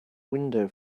window